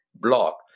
block